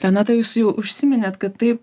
renata jūs jau užsiminėt kad tai